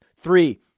Three